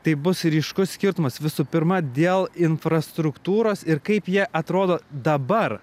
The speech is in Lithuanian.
tai bus ryškus skirtumas visų pirma dėl infrastruktūros ir kaip jie atrodo dabar